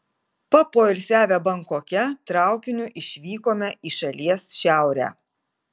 papoilsiavę bankoke traukiniu išvykome į šalies šiaurę